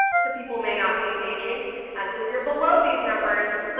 so people may not be engaging. um so if you're below these numbers,